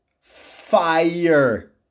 Fire